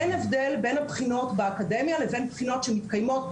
אין הבדל בין הבחינות באקדמיה לבין בחינות שמתקיימות,